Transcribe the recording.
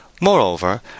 Moreover